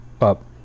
up